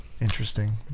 Interesting